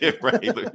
right